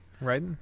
Right